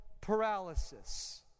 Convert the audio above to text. paralysis